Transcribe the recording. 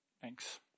Thanks